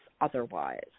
otherwise